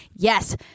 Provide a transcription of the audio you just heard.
Yes